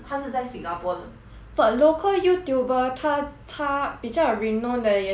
but local youtuber 她她比较 renowned 的也就有那几个 leh like